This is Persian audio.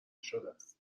شدهست